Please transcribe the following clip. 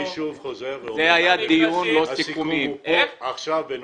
אני שוב חוזר ואומר: הסיכום הוא עכשיו בנוכחותכם.